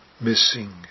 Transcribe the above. missing